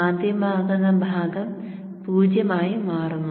കാന്തികമാക്കുന്ന ഭാഗം 0 ആയും മാറുന്നു